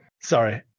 sorry